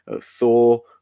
Thor